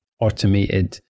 automated